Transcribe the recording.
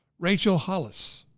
rachel hollis.